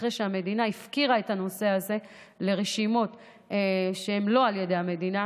אחרי שהמדינה הפקירה את הנושא הזה לרשימות שהן לא על ידי המדינה.